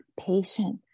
patient